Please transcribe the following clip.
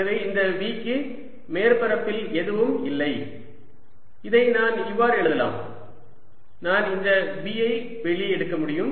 எனவே இந்த V க்கு மேற்பரப்பில் எதுவும் இல்லை இதை நான் இவ்வாறு எழுதலாம் நான் இந்த V ஐ வெளியே எடுக்க முடியும்